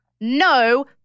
no